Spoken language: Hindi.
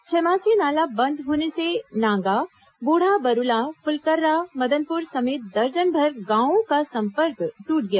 छेमासी नाला बंद होने से नांगा बूढ़ा बरूला फुलकर्रा मदनपुर समेत दर्जनभर गांवों का संपर्क दूट गया